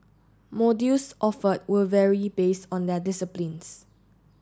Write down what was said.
modules offered will vary based on their disciplines